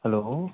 hello